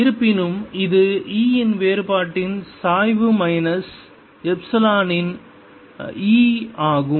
இருப்பினும் இது E இன் வேறுபாட்டின் சாய்வு மைனஸ் லாப்லாசியனின் E ஆகும்